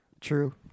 True